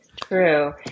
True